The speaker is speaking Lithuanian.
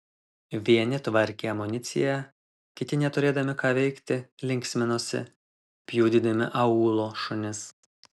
vieni tvarkė amuniciją kiti neturėdami ką veikti linksminosi pjudydami aūlo šunis